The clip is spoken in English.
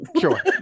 Sure